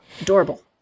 adorable